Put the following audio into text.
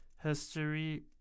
History